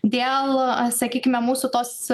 dėl sakykime mūsų tos